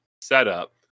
setup